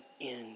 end